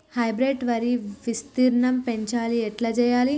Hybrid వరి విస్తీర్ణం పెంచాలి ఎట్ల చెయ్యాలి?